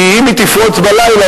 כי אם היא תפרוץ בלילה,